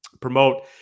Promote